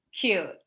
cute